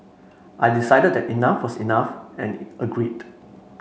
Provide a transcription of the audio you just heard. I decided that enough was enough and agreed